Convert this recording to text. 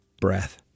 breath